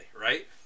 right